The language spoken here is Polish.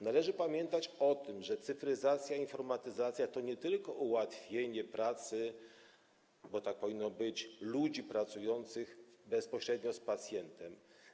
Należy pamiętać o tym, że cyfryzacja, informatyzacja to nie tylko ułatwienie pracy, bo tak powinno być, ludziom pracującym bezpośrednio z pacjentem.